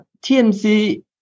TMC